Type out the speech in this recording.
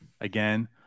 again